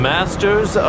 Masters